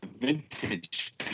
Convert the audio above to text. vintage